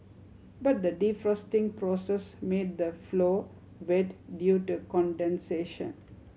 but the defrosting process made the floor wet due to condensation